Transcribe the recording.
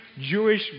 Jewish